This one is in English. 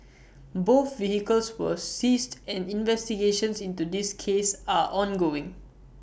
both vehicles were seized and investigations into this cases are ongoing